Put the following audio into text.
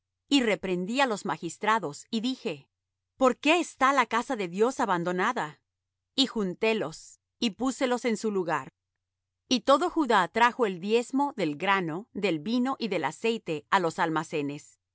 y reprendí á los magistrados y dije por qué está la casa de dios abandonada y juntélos y púselos en su lugar y todo judá trajo el diezmo del grano del vino y del aceite á los almacenes